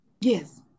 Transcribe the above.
Yes